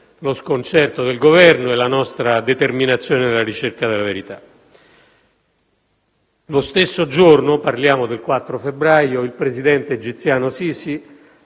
Lo stesso giorno - parliamo del 4 febbraio - il presidente egiziano al-Sisi